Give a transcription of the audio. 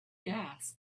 gas